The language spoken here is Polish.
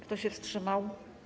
Kto się wstrzymał?